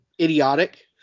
idiotic